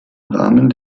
rahmen